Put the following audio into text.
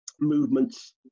movements